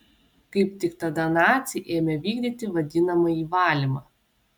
kaip tik tada naciai ėmė vykdyti vadinamąjį valymą